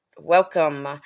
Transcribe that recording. welcome